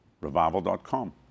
Revival.com